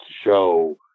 show